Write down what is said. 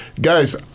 Guys